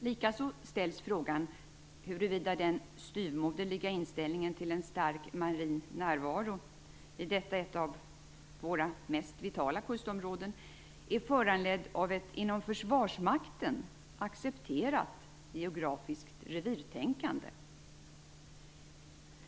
Likaså ställs frågan huruvida den styvmoderliga inställningen till en stark marin närvaro i detta ett av våra mest vitala kustområden, är föranledd av ett inom Försvarsmakten accepterat geografiskt revirtänkande.